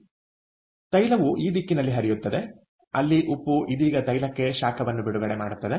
ಆದ್ದರಿಂದ ತೈಲವು ಈ ದಿಕ್ಕಿನಲ್ಲಿ ಹರಿಯುತ್ತದೆ ಅಲ್ಲಿ ಉಪ್ಪು ಇದೀಗ ತೈಲಕ್ಕೆ ಶಾಖವನ್ನು ಬಿಡುಗಡೆ ಮಾಡುತ್ತದೆ